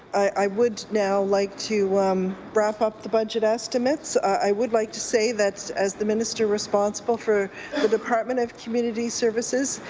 i would now like to wrap up the budget estimates. i would like to say that as the minister responsible for the department of community services,